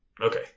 Okay